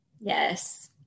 Yes